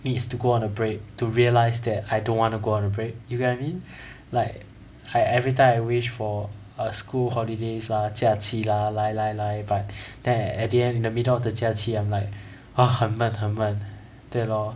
needs to go on a break to realise that I don't want to go on a break you get what I mean like I everytime I wish for a school holidays lah 假期 lah 来来来 but then at the end in the middle of the 假期 I'm like err 很闷很闷对 lor